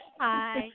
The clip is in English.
hi